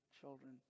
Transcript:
children